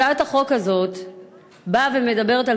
הצעת החוק הזאת באה ומדברת על,